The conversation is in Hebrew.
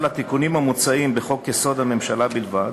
לתיקונים המוצעים בחוק-יסוד: הממשלה בלבד.